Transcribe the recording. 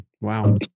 wow